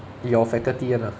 your faculty one ah